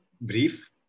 brief